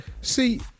See